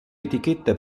etichetta